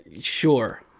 Sure